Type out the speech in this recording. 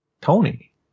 Tony